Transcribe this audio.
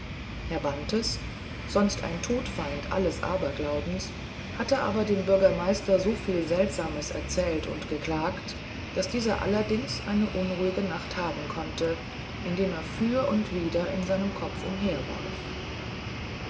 herr bantes sonst ein todfeind alles aberglaubens hatte aber dem bürgermeister so viel seltsames erzählt und geklagt daß dieser allerdings eine unruhige nacht haben konnte indem er für und wider in seinem kopf